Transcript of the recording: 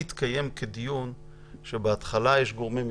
דיון לא יכול להתקיים כך שבהתחלה יש גורמי מקצוע,